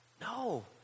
No